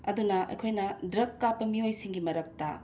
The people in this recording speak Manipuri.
ꯑꯗꯨꯅ ꯑꯩꯈꯣꯏꯅ ꯗ꯭ꯔꯛ ꯀꯥꯞꯄ ꯃꯤꯑꯣꯏꯁꯤꯡꯒꯤ ꯃꯔꯛꯇ